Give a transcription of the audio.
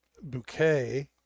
bouquet